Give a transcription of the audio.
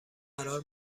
قرار